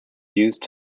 used